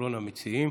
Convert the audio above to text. אחרון המציעים.